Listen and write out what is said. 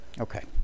Okay